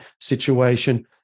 situation